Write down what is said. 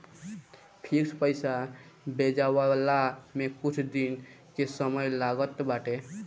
fix पईसा भेजाववला में कुछ दिन के समय लागत बाटे